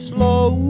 Slow